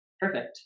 perfect